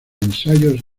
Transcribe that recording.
ensayos